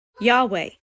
Yahweh